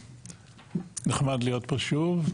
נחמד להיות פה שוב,